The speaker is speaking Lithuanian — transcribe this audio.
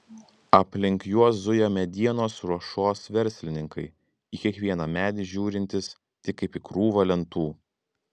aplink juos zuja medienos ruošos verslininkai į kiekvieną medį žiūrintys tik kaip į krūvą lentų